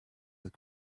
with